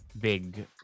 big